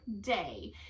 day